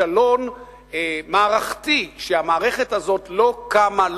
כישלון מערכתי כלשהו שהמערכת הזאת לא קמה,